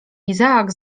izaak